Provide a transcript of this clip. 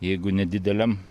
jeigu nedideliam